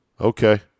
Okay